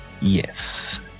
yes